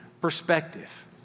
perspective